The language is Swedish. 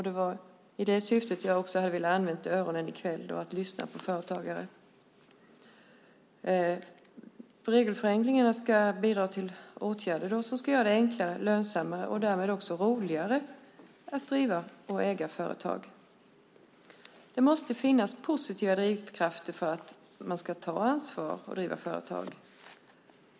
Det var också därför jag i kväll hade velat använda öronen till att lyssna på företagare. Regelförenklingarna ska tillsammans med andra åtgärder göra det enklare, lönsammare och därmed också roligare att driva och äga företag. Det måste finnas positiva drivkrafter för att man ska ta ansvaret att driva ett företag.